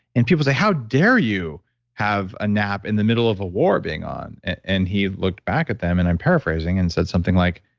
and people say, how dare you have a nap in the middle of a war being on. and he looked back at them and i'm paraphrasing and said something like,